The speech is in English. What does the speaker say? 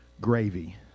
gravy